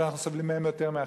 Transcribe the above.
שאנחנו סובלים מהם יותר מאחרים.